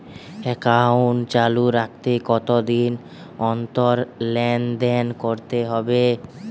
Account চালু রাখতে কতদিন অন্তর লেনদেন করতে হবে?